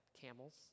Camels